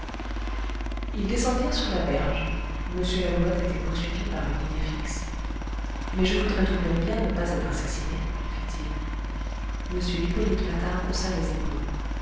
ils descendirent sur la berge m lalouette était poursuivi par une idée fixe mais je voudrais tout de même bien ne pas être assassiné fit-il m hippolyte patard haussa les épaules